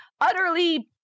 utterly